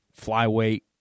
flyweight